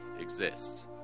exist